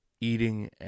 eating